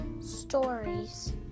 stories